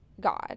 God